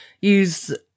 use